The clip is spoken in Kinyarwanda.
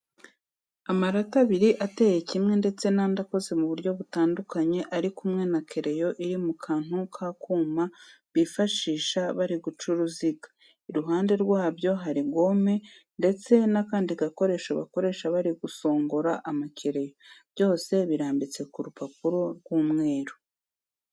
Amarati abiri ateye kimwe ndetse n'andi akoze mu buryo butandukanye ari kumwe na kereyo iri mu kantu k'akuma bifashisha bari guca uruziga, iruhande rwabyo hari gome ndetse n'akandi gakoresho bakoresha bari gusongora amakereyo. Byose birambitse ku rupapuro rw'umweru.